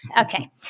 Okay